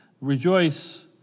rejoice